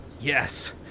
yes